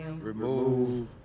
Remove